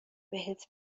بهت